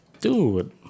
dude